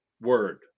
word